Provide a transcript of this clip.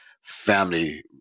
family